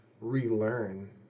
relearn